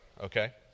okay